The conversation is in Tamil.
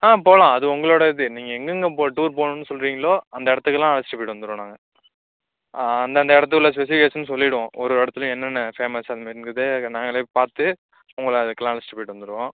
ஆ போலாம் அது உங்களோட இது நீங்கள் எங்கங்கே போ டூர் போணுன்னு சொல்லுறிங்களோ அந்த இடத்துக்குலாம் அழைச்சிட்டு போயிவிட்டு வந்துருவோம் நாங்கள் அந்தந்த இடத்துக்கு உள்ள ஸ்பெசிஃபிகேசன் சொல்லிவிடுவோம் ஒரு ஒரு இடத்துலையும் என்னென்ன ஃபேமஸ் அந்தமாரிங்கிறத நாங்களே பார்த்து உங்களை அதுக்குலாம் அழைச்சிட்டு போயிவிட்டு வந்துருவோம்